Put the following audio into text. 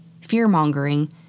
fear-mongering